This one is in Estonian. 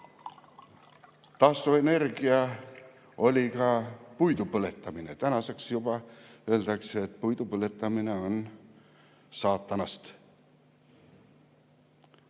Taastuvenergia oli ka puidu põletamine. Nüüd juba öeldakse, et puidu põletamine on saatanast.